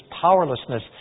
powerlessness